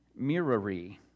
Mirari